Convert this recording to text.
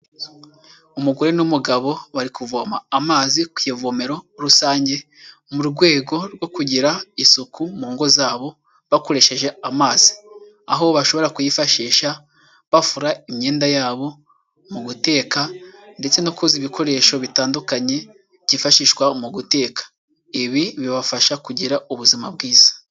Umugore n'umugabo bari kuvoma amazi ku ivomero rusange mu rwego rwo kugira isuku mu ngo zabo bakoresheje amazi, aho bashobora kuyifashisha bafura imyenda yabo, mu guteka ndetse no koza ibikoresho bitandukanye byifashishwa mu guteka, ibi bibafasha kugira ubuzima bwiza.